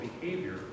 behavior